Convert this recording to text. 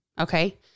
Okay